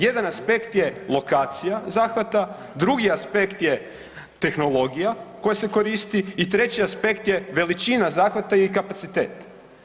Jedan aspekt je lokacija zahvata, drugi aspekt je tehnologija koja se koristi i treći aspekt je veličina zahvata i kapacitet.